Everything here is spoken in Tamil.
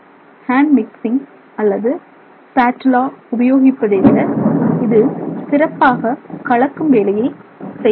ஹேண்ட் மிக்சிங் அல்லது ஸ்பாட்டுலா உபயோகிப்பதை விட இது சிறப்பாக கலக்கும் வேலையை செய்கிறது